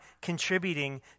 contributing